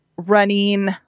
Running